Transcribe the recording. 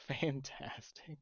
fantastic